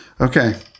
Okay